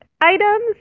items